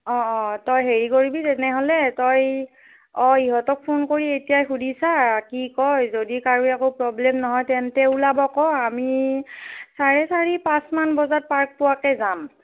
অঁ অঁ তই হেৰি কৰিবি তেনেহ'লে তই অঁ ইহঁতক ফোন কৰি এতিয়াই শুধি চা কি কয় যদি কাৰো একো প্ৰব্লেম নহয় তেন্তে ওলাব ক' আমি চাৰে চাৰি পাঁচমান বজাত পাৰ্ক পোৱাকৈ যাম